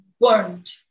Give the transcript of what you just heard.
burned